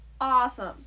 Awesome